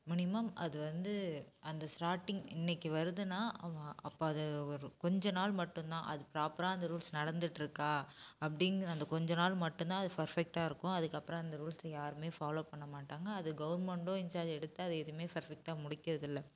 minimum அது வந்து அந்த ஸ்டார்ட்டிங் இன்னைக்கு வருதுன்னா அவன் அப்போ அதை ஒரு கொஞ்ச நாள் மட்டும்தான் அது ப்ராப்பராக அந்த ரூல்ஸ் நடந்துகிட்டு இருக்கா அப்படிங்கிற அந்த கொஞ்ச நாள் மட்டும்தான் அது பெர்ஃபெக்ட்டாக இருக்கும் அதுக்கு அப்புறம் அந்த ரூல்ஸ யாருமே ஃபாலோ பண்ண மாட்டாங்க அது கவர்மெண்ட்டும் இன்சார்ஜ் எடுத்து அதை எதுவுமே பெர்ஃபெக்ட்டாக முடிக்கிறது இல்லை